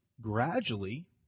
gradually